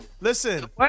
listen